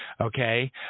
okay